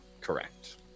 Correct